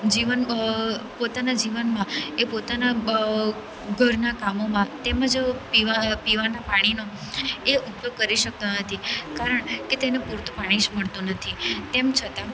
જીવન પોતાના જીવનમાં એ પોતાના ઘરના કામોમાં તેમજ પીવા પીવાના પાણીનો એ ઉપયોગ કરી શકતો નથી કારણ કે તેને પૂરતું પાણી જ મળતું નથી તેમ છતાં